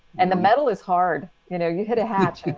and the metal is hard. you know, you hit a hatchet,